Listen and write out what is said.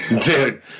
Dude